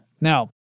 Now